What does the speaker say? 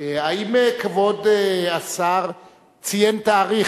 האם כבוד השר ציין תאריך?